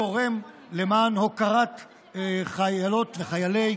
תורמים למען הוקרת חיילות וחיילי,